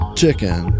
chicken